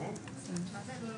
22:34)